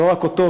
לא רק אותו,